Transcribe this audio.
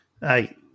Hey